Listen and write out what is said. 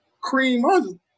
cream